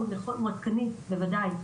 הוא עדכני, בוודאי.